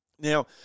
now